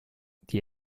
die